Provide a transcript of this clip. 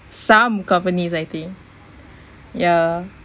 some companies I think yeah